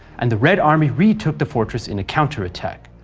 and the red army retook the fortress in a counterattack.